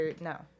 No